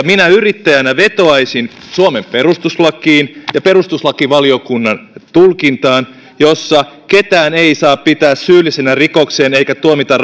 minä yrittäjänä vetoaisin suomen perustuslakiin ja perustuslakivaliokunnan tulkintaan jossa ketään ei saa pitää syyllisenä rikokseen eikä tuomita